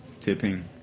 tipping